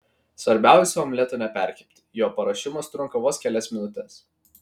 svarbiausia omleto neperkepti jo paruošimas trunka vos kelias minutes